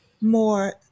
more